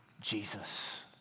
Jesus